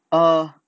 err